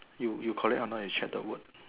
you you correct a not you check the word